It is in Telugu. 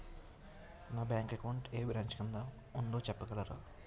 నా బ్యాంక్ అకౌంట్ ఏ బ్రంచ్ కిందా ఉందో చెప్పగలరా?